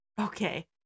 Okay